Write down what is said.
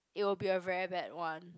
you will be a very bad one